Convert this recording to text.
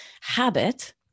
habit